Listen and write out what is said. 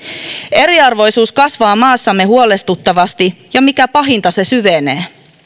eriarvoisuus kasvaa maassamme huolestuttavasti ja mikä pahinta se syvenee